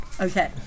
Okay